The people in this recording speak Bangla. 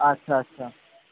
আচ্ছা আচ্ছা